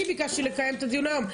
אני ביקשתי לקיים את הדיון היום.